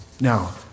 now